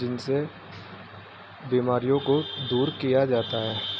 جن سے بیماریوں کو دور کیا جاتا ہے